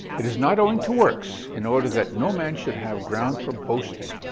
it is not owing to works, in order that no man should have ground for boasting.